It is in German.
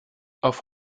auf